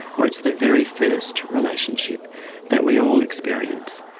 where it's the very first relationship that we all experience.